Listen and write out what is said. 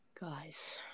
guys